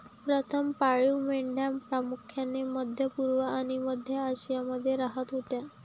प्रथम पाळीव मेंढ्या प्रामुख्याने मध्य पूर्व आणि मध्य आशियामध्ये राहत होत्या